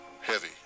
Heavy